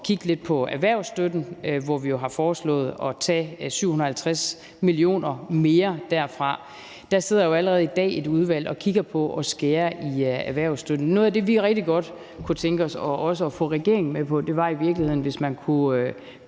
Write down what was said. kigge lidt på erhvervsstøtten, som vi jo har foreslået at tage 750 mio. kr. mere fra. Der sidder allerede i dag et udvalg og kigger på muligheden for at skære i erhvervsstøtten. Noget af det, vi rigtig godt kunne tænke os også at få regeringen med på, er i virkeligheden at sikre